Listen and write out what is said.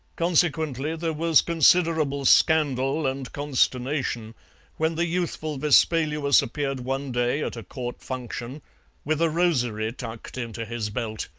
consequently there was considerable scandal and consternation when the youthful vespaluus appeared one day at a court function with a rosary tucked into his belt,